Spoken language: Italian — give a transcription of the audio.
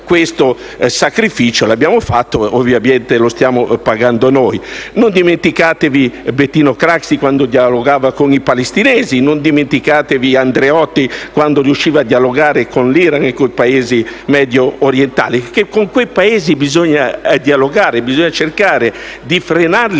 questo sacrificio, lo abbiamo fatto e ovviamente lo stiamo pagando noi. Non dimenticatevi Bettino Craxi quando dialogava con i palestinesi, non dimenticatevi Andreotti che riusciva a dialogare con l'Iran e con i Paesi mediorientali perché con quei Paesi bisogna dialogare, bisogna cercare di frenarli